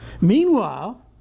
Meanwhile